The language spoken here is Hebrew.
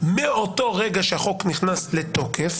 מאותו רגע שהחוק נכנס לתוקף